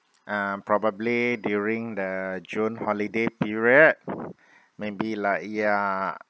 uh probably during the june holiday period maybe like ya